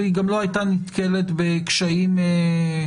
היא גם לא הייתה נתקלת בקשיים מיוחדים.